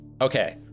Okay